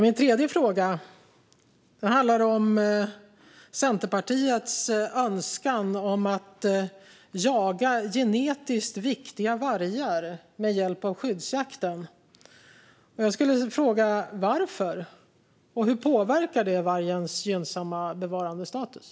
Min tredje fråga handlar om Centerpartiets önskan om att jaga genetiskt viktiga vargar med hjälp av skyddsjakten. Varför? Hur påverkar det vargens gynnsamma bevarandestatus?